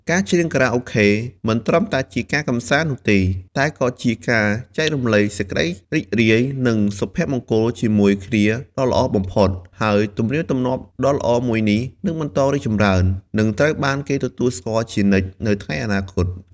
ការច្រៀងខារ៉ាអូខេ មិនត្រឹមតែជាការច្រៀងនោះទេ តែក៏ជាការចែករំលែកសេចក្តីរីករាយ និងសុភមង្គលជាមួយគ្នាដ៏ល្អបំផុត ហើយទំនៀមទម្លាប់ដ៏ល្អមួយនេះនឹងបន្តរីកចម្រើន និងត្រូវបានគេទទួលស្គាល់ជានិច្ចនៅថ្ងៃអនាគត។